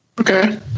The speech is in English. Okay